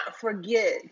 forget